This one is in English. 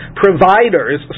providers